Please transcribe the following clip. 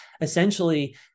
essentially